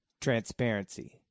Transparency